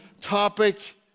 topic